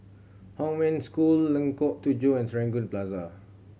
Hong Wen School Lengkok Tujoh and Serangoon Plaza